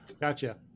Gotcha